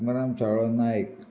Atmaram Savlo Naik